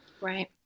Right